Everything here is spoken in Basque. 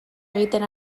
egiten